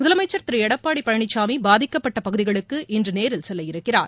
முதலமைச்சா் திரு எடப்பாடி பழனிசாமி பாதிக்கப்பட்ட பகுதிகளுக்கு இன்று நேரில் செல்ல இருக்கிறார்